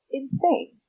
insane